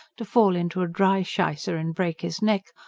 to fall into a dry shicer and break his neck,